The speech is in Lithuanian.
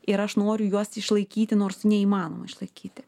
ir aš noriu juos išlaikyti nors neįmanoma išlaikyti